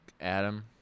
Adam